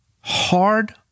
hard